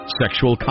sexual